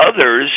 others